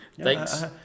Thanks